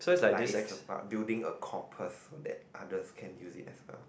like is about building a compass that other can use it as well